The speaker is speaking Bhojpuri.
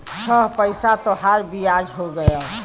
छह रुपइया तोहार बियाज हो गएल